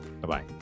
Bye-bye